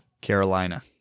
carolina